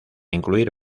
incluir